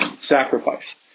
sacrifice